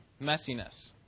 messiness